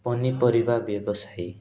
ପନିପରିବା ବ୍ୟବସାୟୀ